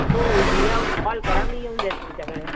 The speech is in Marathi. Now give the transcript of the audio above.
हो उद्या कॉल करा मी येऊन जाईल तुमच्याकडे